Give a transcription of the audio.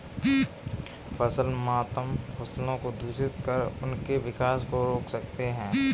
फसल मातम फसलों को दूषित कर उनके विकास को रोक सकते हैं